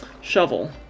shovel